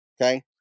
Okay